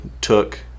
took